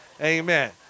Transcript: Amen